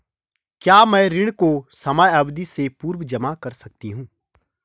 क्या मैं ऋण को समयावधि से पूर्व जमा कर सकती हूँ?